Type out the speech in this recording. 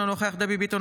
אינו נוכח דבי ביטון,